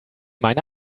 meine